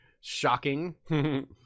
Shocking